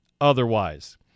otherwise